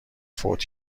فوت